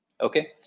okay